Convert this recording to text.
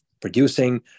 producing